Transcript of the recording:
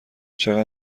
چقدر